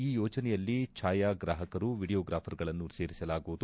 ಈ ಯೋಜನೆಯಲ್ಲಿ ಛಾಯಾಗಾಹಕರು ವಿಡಿಯೋಗ್ರಾಫರ್ಗಳನ್ನು ಸೇರಿಸಲಾಗುವುದು